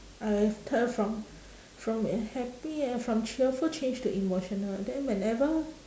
I turn from from a happy and from cheerful change to emotional then whenever